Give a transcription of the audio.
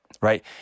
right